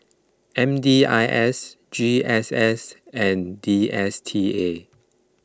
M D I S G S S and D S T A